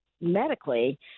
medically